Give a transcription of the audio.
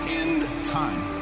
end-time